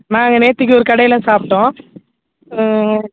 நாங்கள் நேற்றுக்கு ஒரு கடையில் சாப்பிட்டோம்